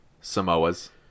Samoa's